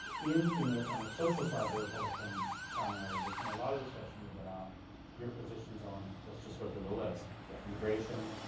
in in the on the social side of the republican primary, there's been a lot of discussion about your positions on let's go through the list yeah immigration,